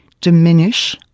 diminish